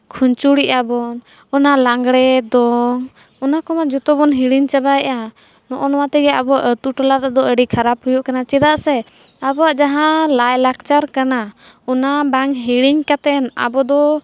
ᱠᱷᱩᱧᱪᱩᱲᱮᱜᱼᱟ ᱵᱚᱱ ᱚᱱᱟ ᱞᱟᱜᱽᱬᱮ ᱫᱚ ᱚᱱᱟ ᱠᱚᱦᱚᱸ ᱡᱷᱚᱛᱚ ᱵᱚᱱ ᱦᱤᱲᱤᱧ ᱪᱟᱵᱟᱭᱮᱜᱼᱟ ᱱᱚᱜᱼᱚ ᱱᱚᱣᱟ ᱛᱮᱜᱮ ᱟᱵᱚ ᱟᱹᱛᱩᱼᱴᱚᱞᱟ ᱨᱮᱫᱚ ᱟᱹᱰᱤ ᱠᱷᱟᱨᱟᱯ ᱦᱩᱭᱩᱜ ᱠᱟᱱᱟ ᱪᱮᱫᱟᱜ ᱥᱮ ᱟᱵᱚᱣᱟᱜ ᱡᱟᱦᱟᱸ ᱞᱟᱭᱼᱞᱟᱠᱪᱟᱨ ᱠᱟᱱᱟ ᱚᱱᱟ ᱵᱟᱝ ᱦᱤᱲᱤᱧ ᱠᱟᱛᱮᱫ ᱟᱵᱚᱫᱚ